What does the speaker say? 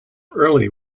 early